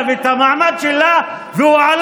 ( והוא,